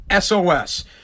SOS